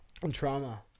trauma